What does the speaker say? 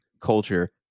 culture